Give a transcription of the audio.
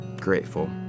grateful